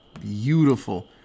beautiful